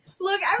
Look